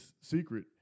secret